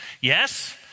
Yes